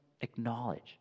acknowledge